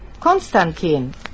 Konstantin